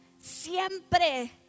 siempre